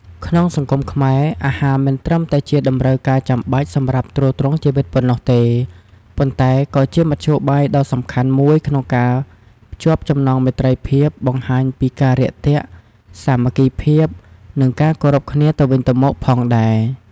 ក្នុងសង្គមខ្មែរ អាហារមិនត្រឹមតែជាតម្រូវការចាំបាច់សម្រាប់ទ្រទ្រង់ជីវិតប៉ុណ្ណោះទេ ប៉ុន្តែវាក៏ជាមធ្យោបាយដ៏សំខាន់មួយក្នុងការភ្ជាប់ចំណងមេត្រីភាព បង្ហាញពីការរាក់ទាក់ សាមគ្គីភាព និងការគោរពគ្នាទៅវិញទៅមកផងដែរ។